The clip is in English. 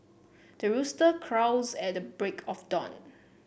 the rooster crows at the break of dawn